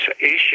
issue